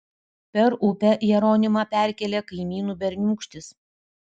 per upę jeronimą perkėlė kaimynų berniūkštis